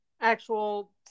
actual